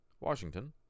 Washington